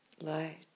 light